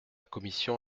commission